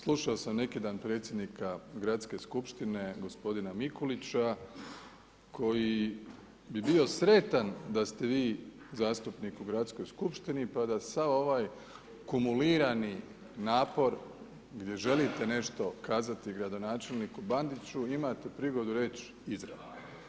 Slušao sam neki dan predsjednika gradske skupštine g. Mikulića, koji bi bio sretan da ste vi zastupnik u gradskoj skupštini pa da sav ovaj kumulirani napor, gdje želite nešto kazati gradonačelniku Bandiću imate prigodu reći izravno.